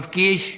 יואב קיש,